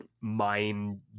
mind